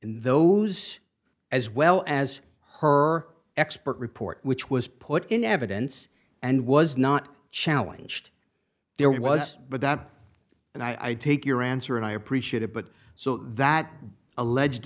those as well as her expert report which was put in evidence and was not challenge to there was but that and i take your answer and i appreciate it but so that alleged